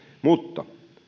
mutta